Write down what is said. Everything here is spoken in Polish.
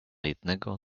jednego